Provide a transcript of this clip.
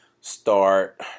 Start